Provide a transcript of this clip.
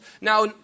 Now